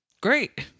great